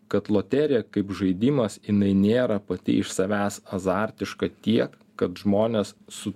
kad loterija kaip žaidimas jinai nėra pati iš savęs azartiška tiek kad žmonės su